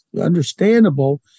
understandable